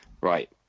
Right